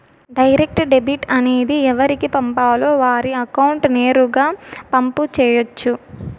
direct debit అనేది ఎవరికి పంపాలో వారి అకౌంట్ నేరుగా పంపు చేయొచ్చు